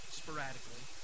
sporadically